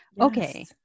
okay